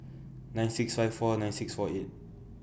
nine six five four nine six four eight